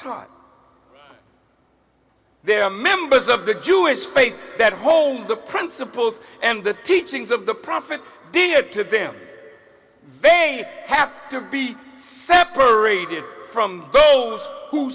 taught their members of the jewish faith that home the principles and the teachings of the prophet did to them they have to be separated from those who